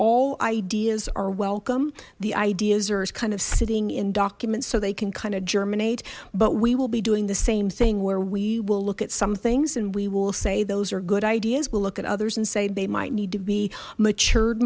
all ideas are welcome the ideas are is kind of sitting in documents so they can kind of germinate but we will be doing the same thing where we will look at some things and we will say those are good ideas we'll look at others and say they might need to be mature